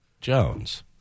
Jones